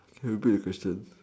can you repeat the question